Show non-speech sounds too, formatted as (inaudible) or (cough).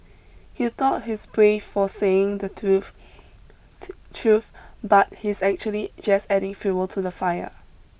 he thought he's brave for saying the truth (unintelligible) truth but he's actually just adding fuel to the fire